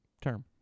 term